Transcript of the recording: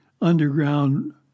underground